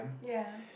yeah